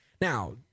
Now